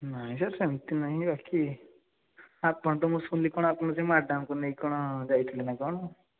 ନାହିଁ ସାର୍ ସେମିତି ନାହିଁ ବାକି ଆପଣ ତ ମୁଁ ଶୁଣିଲି କ'ଣ ଆପଣ ସେ ମ୍ୟାଡ଼ାମଙ୍କୁ ନେଇକି କ'ଣ ଯାଇଥିଲେ ନା କ'ଣ